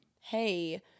hey